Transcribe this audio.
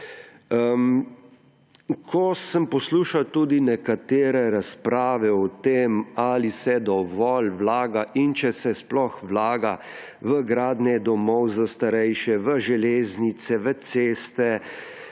Ko sem poslušal tudi nekatere razprave o tem, ali se dovolj vlaga in če se sploh vlaga v gradnje domov za starejše, v železnice, v ceste,